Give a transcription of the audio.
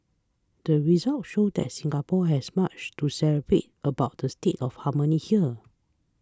the results show that Singapore has much to celebrate about the state of harmony here